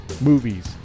movies